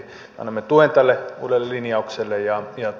me annamme tuen tälle uudelle linjaukselle ja kysymme